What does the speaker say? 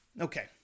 Okay